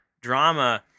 drama